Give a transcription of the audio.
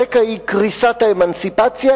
הרקע הוא קריסת האמנציפציה,